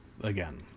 again